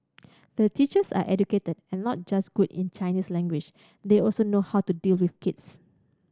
the teachers are educated and not just good in Chinese language they also know how to deal with kids